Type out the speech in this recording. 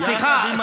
סליחה,